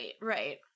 right